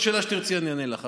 על כל שאלה שתרצי אני אענה לך,